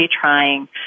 trying